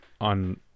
on